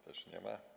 Też nie ma.